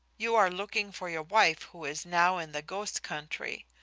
you are looking for your wife who is now in the ghost country.